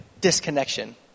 disconnection